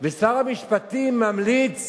ושר המשפטים ממליץ